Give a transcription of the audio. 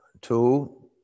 Two